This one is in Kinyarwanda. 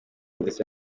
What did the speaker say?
ndetse